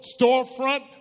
storefront